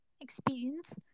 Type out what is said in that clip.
experience